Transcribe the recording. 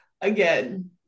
again